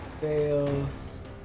fails